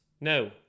No